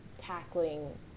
tackling